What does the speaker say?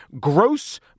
Gross